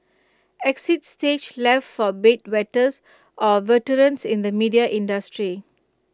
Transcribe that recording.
exit stage left for bed wetters or veterans in the media industry